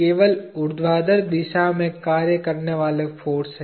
केवल ऊर्ध्वाधर दिशा में कार्य करने वाले फाॅर्स हैं